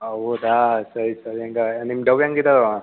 ಹೌದಾ ಸರಿ ಸರಿ ಹಂಗಾರೆ ನಿಮ್ಮ ಡವ್ ಹೇಗಿದವು